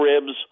ribs